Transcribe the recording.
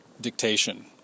dictation